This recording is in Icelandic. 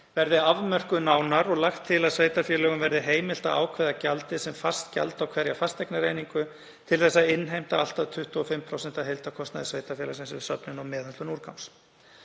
verði afmörkuð nánar og lagt til að sveitarfélögum verði heimilt að ákveða gjaldið sem fast gjald á hverja fasteignareiningu til þess að innheimta allt að 25% af heildarkostnaði sveitarfélagsins við söfnun og meðhöndlun úrgangs.